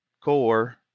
Core